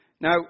Now